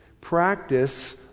Practice